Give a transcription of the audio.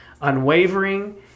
unwavering